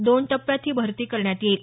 दोन टप्प्यात ही भरती करण्यात येईल